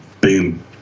boom